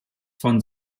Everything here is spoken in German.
von